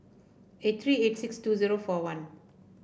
eight three eight six two zero four one